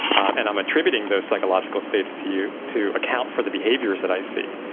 and i'm attributing those psychological states to you to account for the behaviours that i see.